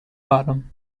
bottom